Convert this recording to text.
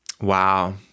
wow